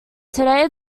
today